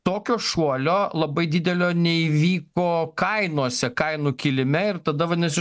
tokio šuolio labai didelio neįvyko kainose kainų kilime ir tada vadinasi